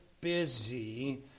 busy